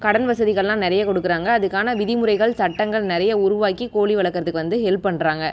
கடன் வசதிகளெலாம் நிறைய கொடுக்கிறாங்க அதுக்கான விதி முறைகள் சட்டங்கள் நிறைய உருவாக்கி கோழி வளர்க்குறதுக்கு வந்து ஹெல்ப் பண்ணுறாங்க